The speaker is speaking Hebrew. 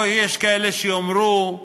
או יש כאלה שיאמרו: